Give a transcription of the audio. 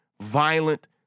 violent